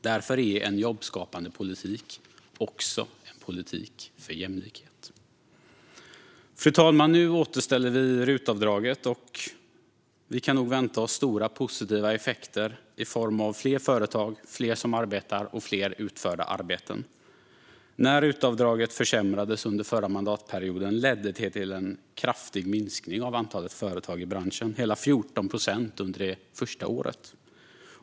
Därför är en jobbskapande politik också en politik för jämlikhet. Fru talman! Nu återställer vi RUT-avdraget, och vi kan nog vänta oss stora positiva effekter i form av fler företag, fler som arbetar och fler utförda arbeten. När RUT-avdraget försämrades under förra mandatperioden ledde det till en kraftig minskning av antalet företag i branschen - hela 14 procent under det första året.